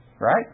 Right